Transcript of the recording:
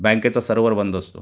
बँकेचा सर्वर बंद असतो